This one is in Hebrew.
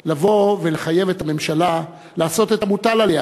לבוא ולחייב את הממשלה לעשות את המוטל עליה,